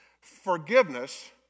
Forgiveness